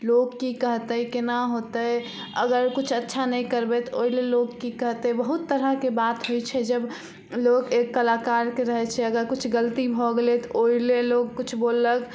लोक की कहतै केना होतै अगर कुछ अच्छा नहि करबै तऽ ओइ लेल लोग की कहतै बहुत तरहके बात होइ छै जब लोक एक कलाकारके रहय छै अगर किछु गलती भऽ गेलै तऽ ओइलेल लोग